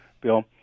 Bill